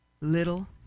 Little